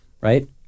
right